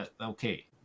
Okay